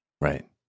Right